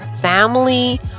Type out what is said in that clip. family